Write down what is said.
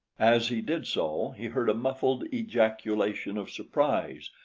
as he did so, he heard a muffled ejaculation of surprise,